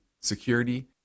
security